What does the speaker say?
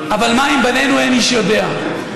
חבר שלי, גם הוא יודע את האמת.